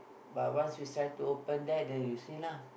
but once you tried to open there then you see lah